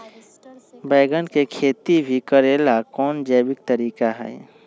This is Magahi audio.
बैंगन के खेती भी करे ला का कोई जैविक तरीका है?